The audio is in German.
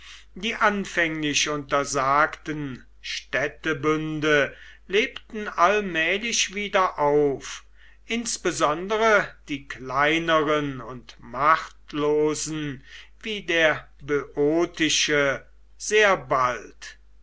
die anfänglich untersagten städtebünde lebten allmählich wieder auf insbesondere die kleineren und machtlosen wie der böotische sehr bald